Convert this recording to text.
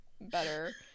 better